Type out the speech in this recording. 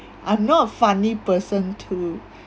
I'm not a funny person too